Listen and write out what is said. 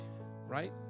right